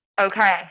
Okay